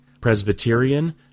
Presbyterian